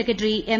secretary M